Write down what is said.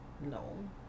no